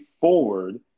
forward